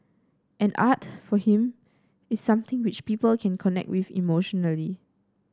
and art for him is something which people can connect with emotionally